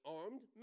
armed